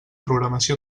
programació